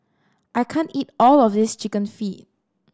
I can't eat all of this Chicken Feet